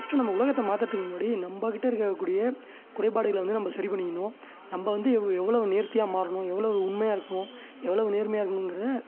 first நம்ம உலகத்தை மாற்றுறதுக்கு முன்னாடி நம்பக்கிட்ட இருக்கக்கூடிய குறைபாடுகளை வந்து நம்ப சரி பண்ணிக்கணும் நம்ப வந்து எவ் எவ்வளவு நேர்த்தியாக மாறணும் எவ்வளவு உண்மையாக இருக்கணும் எவ்வளவு நேர்மையாக இருக்கணுங்கிறதை